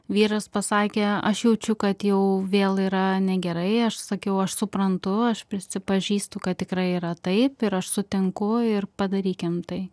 vyras pasakė aš jaučiu kad jau vėl yra negerai aš sakiau aš suprantu aš prisipažįstu kad tikrai yra taip ir aš sutinku ir padarykim tai